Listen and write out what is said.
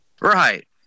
right